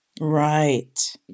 Right